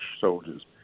soldiers